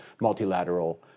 multilateral